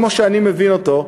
כמו שאני מבין אותו,